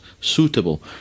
suitable